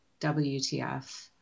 WTF